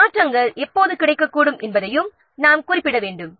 இவற்றில் மாற்றங்கள் எப்போது கிடைக்கக்கூடும் என்பதையும் நாம் குறிப்பிட வேண்டும்